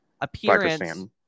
appearance